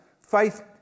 faith